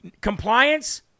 Compliance